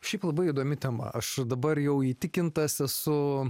šiaip labai įdomi tema aš dabar jau įtikintas esu